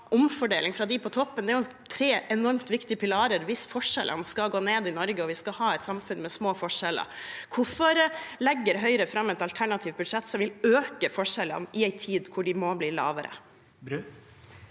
omfordeling fra dem på toppen er jo tre enormt viktige pilarer hvis forskjellene skal gå ned i Norge, og vi skal ha et samfunn med små forskjeller. Hvorfor legger Høyre fram et alternativt budsjett som vil øke forskjellene i en tid hvor de må bli lavere?